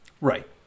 Right